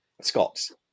scots